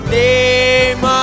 name